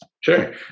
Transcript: sure